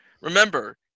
remember